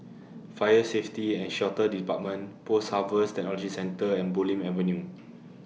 Fire Safety and Shelter department Post Harvest Technology Centre and Bulim Avenue